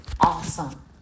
awesome